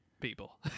people